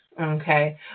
okay